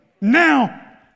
Now